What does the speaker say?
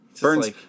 burns